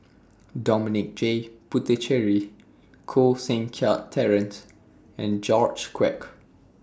Dominic J Puthucheary Koh Seng Kiat Terence and George Quek